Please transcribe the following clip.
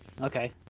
okay